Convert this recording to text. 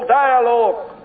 dialogue